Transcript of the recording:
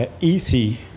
easy